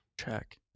Check